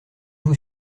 vous